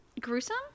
Gruesome